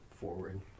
Forward